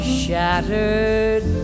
shattered